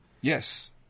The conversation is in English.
Yes